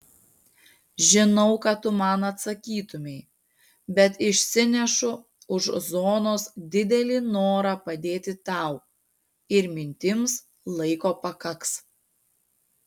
žinau ką tu man atsakytumei bet išsinešu už zonos didelį norą padėti tau ir mintims laiko pakaks